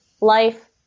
life